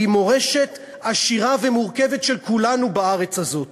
שהיא מורשת עשירה ומורכבת של כולנו בארץ הזאת,